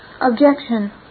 Objection